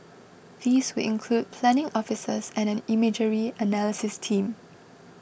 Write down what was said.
these will include planning officers and an imagery analysis team